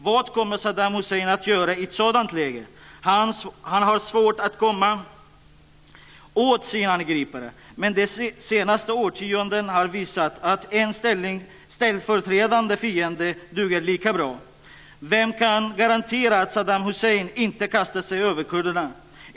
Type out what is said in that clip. Vad kommer Saddam Hussein att göra i ett sådant läge? Han har svårt att komma åt sin angripare. Men det senaste årtiondet har visat att en ställföreträdande fiende duger lika bra. Vem kan garantera att Saddam Hussein inte kastar sig över kurderna?